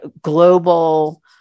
global